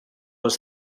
was